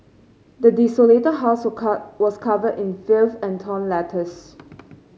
the desolated house were car was covered in filth and torn letters